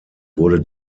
wurde